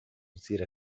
زیر